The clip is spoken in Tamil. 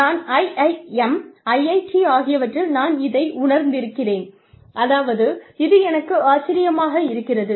நான் IIM IIT ஆகியவற்றில் நான் இதை உணர்ந்திருக்கிறேன் அதாவது இது எனக்கு ஆச்சரியமாக இருக்கிறது